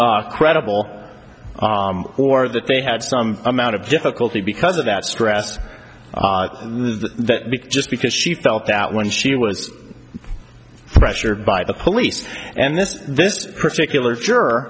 s credible or that they had some amount of difficulty because of that stress that just because she felt that when she was pressured by the police and this this particular jur